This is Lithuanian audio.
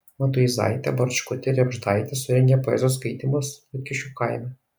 matuizaitė barčkutė ir riebždaitė surengė poezijos skaitymus liutkiškių kaime